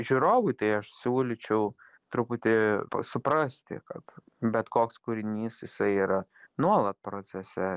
žiūrovui tai aš siūlyčiau truputį suprasti kad bet koks kūrinys jisai yra nuolat procese